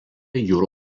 jūrų